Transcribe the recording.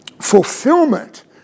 fulfillment